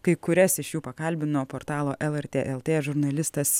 kai kurias iš jų pakalbino portalo lrt lt žurnalistas